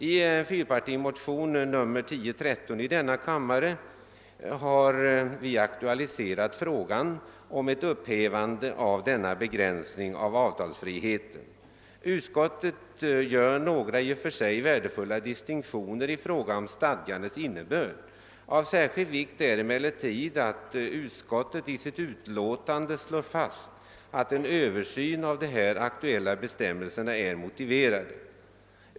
I en fyrpartimotion 1013 i denna kammare har vi aktualiserat frågan om ett upphävande av denna begränsning av avtalsfriheten. Utskottet gör några i och för sig värdefulla distinktioner i fråga om stadgandets innebörd. Av särskild vikt är emellertid att utskottet i sitt utlåtande slår fast, att en översyn av de här aktuella bestämmelserna är motiverad.